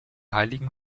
heiligen